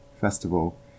Festival